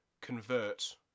convert